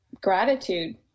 gratitude